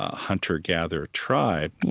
hunter-gatherer tribe.